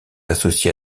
associé